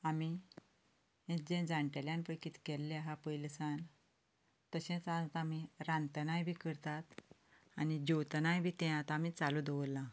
आमी हे जे जाणटेल्यान जे किदें केल्ले आसा पयले सावन तशेंच आज आमी रांदतना बी करतात आनी जेवतनाय बी ते आज आमी चालू दवरल्ला